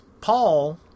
Paul